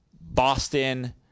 Boston